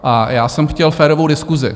A já jsem chtěl férovou diskusi.